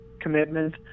commitment